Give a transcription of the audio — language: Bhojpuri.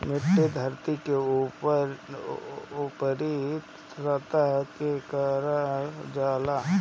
मिट्टी धरती के ऊपरी सतह के कहल जाला